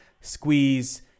squeeze